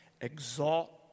exalt